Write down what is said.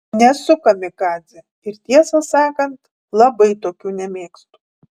nesu kamikadzė ir tiesą sakant labai tokių nemėgstu